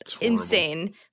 insane